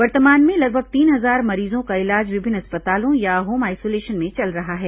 वर्तमान में लगभग तीन हजार मरीजों का इलाज विभिन्न अस्पतालों या होम आइसोलेशन में चल रहा है